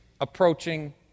approaching